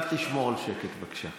עכשיו תשמור על שקט, בבקשה.